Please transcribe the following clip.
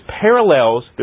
parallels